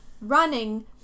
running